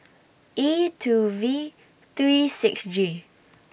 E two V three six G